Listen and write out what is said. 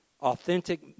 Authentic